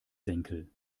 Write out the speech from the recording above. senkel